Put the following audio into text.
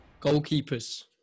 Goalkeepers